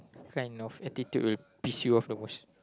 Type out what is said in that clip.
kind of attitude will piss you off the most